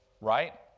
right